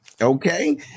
Okay